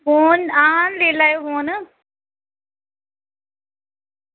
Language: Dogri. फोन हां लेई लैएओ फोन